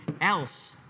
else